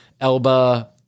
Elba